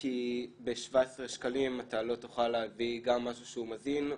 כי ב-17 שקלים אתה לא תוכל להביא גם משהו שהוא מזין,